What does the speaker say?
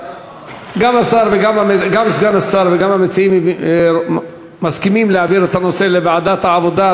גם סגן השר וגם המציעים מסכימים להעביר את הנושא לוועדת העבודה,